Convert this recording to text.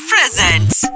Presents